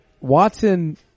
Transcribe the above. Watson